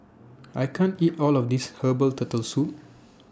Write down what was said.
I can't eat All of This Herbal Turtle Soup